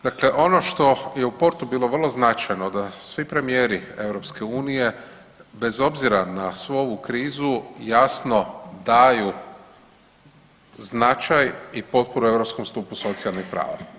Dakle, ono što je u Portu bilo vrlo značajno da svi premijeri EU bez obzira na svu ovu krizu jasno daju značaj i potporu Europskom stupu socijalnih prava.